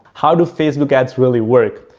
how do facebook ads really work?